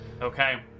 Okay